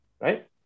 right